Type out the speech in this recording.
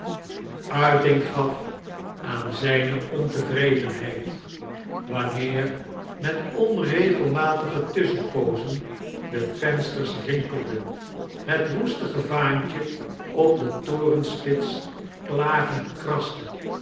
uiting gaf aan zijne ontevredenheid wanneer met onregelmatige tusschenpoozen de vensters rinkelden het roestige vaantje op de torenspits klagend kraste